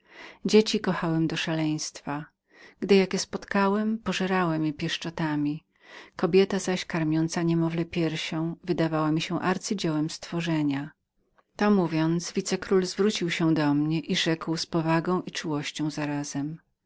dzieci kochałem do szaleństwa spotkawszy jakie pożerałem je pieszczotami moja żona zaś z niemowlęciem na ręku wydawała mi się arcydziełem stworzenia to mówiąc wicekról zwrócił się do mnie rzekł z powagą i czułością zarazem